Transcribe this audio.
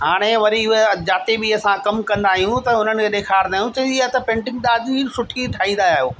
हाणे वरी उहे जिते बि असां कमु कंदा आहियूं त उन्हनि खे ॾेखारींदा आहियूं चयूं इहा त पेंटिंग ॾाढी सुठी ठाहे रहिया आहियो